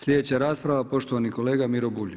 Sljedeća rasprava poštovani kolega Miro Bulj.